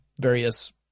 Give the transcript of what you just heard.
various